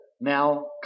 now